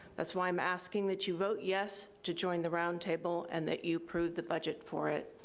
that's why i'm asking that you vote yes to join the roundtable and that you approve the budget for it.